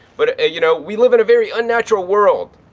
but, ah you know, we live in a very unnatural world.